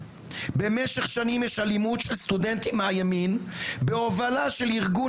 במשך שנים יש אלימות של סטודנטים מהימין בהובלה של ארגון